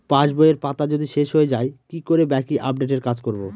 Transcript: পাসবইয়ের পাতা যদি শেষ হয়ে য়ায় কি করে বাকী আপডেটের কাজ করব?